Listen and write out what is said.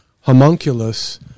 Homunculus